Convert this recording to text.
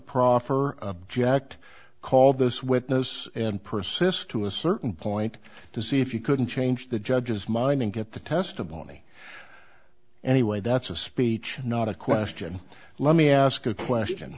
or object call this witness and persist to a certain point to see if you couldn't change the judge's mind and get the testimony anyway that's a speech not a question let me ask a question